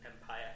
Empire